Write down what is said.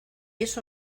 eso